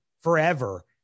forever